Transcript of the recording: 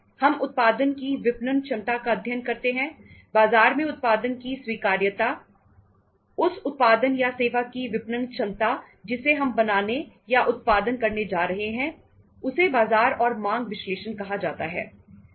हम उत्पादन की विपणन क्षमता का अध्ययन करते हैं बाजार में उत्पादन की स्वीकार्यता उस उत्पादन या सेवा की विपणन क्षमता जिसे हम बनाने या उत्पादन करने जा रहे हैं उसे बाजार और मांग विश्लेषण कहा जाता है